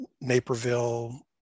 Naperville